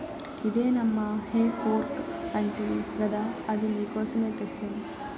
ఇదే నమ్మా హే ఫోర్క్ అంటివి గదా అది నీకోసమే తెస్తిని